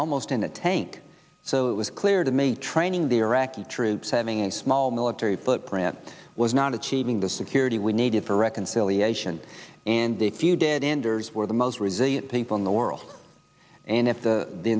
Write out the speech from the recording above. almost in a tank so it was clear to me training the iraqi troops having a small military footprint was not achieving the security we needed for reconciliation and a few dead enders were the most resilient people in the world and if the